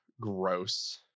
gross